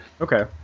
okay